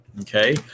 Okay